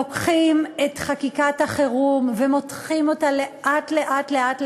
לוקחים את חקיקת החירום ומותחים אותה לאט-לאט.